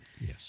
Yes